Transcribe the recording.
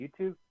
YouTube